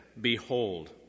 Behold